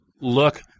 look